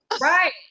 right